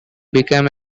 became